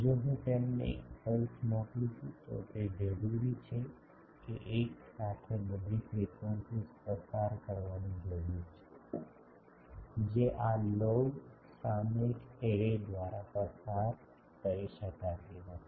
જો હું તેમને એક પલ્સ મોકલું છું તો તે જરૂરી છે કે એક સાથે બધી ફ્રીક્વન્સીઝ પસાર કરવાની જરૂર છે જે આ લોગ સામયિક એરે દ્વારા પસાર કરી શકાતી નથી